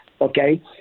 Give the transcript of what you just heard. Okay